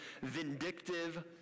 vindictive